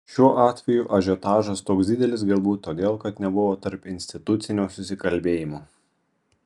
šiuo atveju ažiotažas toks didelis galbūt todėl kad nebuvo tarpinstitucinio susikalbėjimo